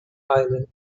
islands